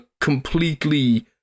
completely